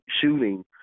shooting